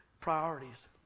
Priorities